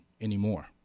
anymore